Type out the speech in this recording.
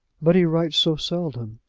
but he writes so seldom.